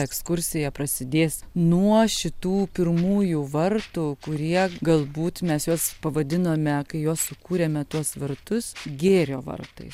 ekskursija prasidės nuo šitų pirmųjų vartų kurie galbūt mes juos pavadinome kai juos sukūrėme tuos vartus gėrio vartai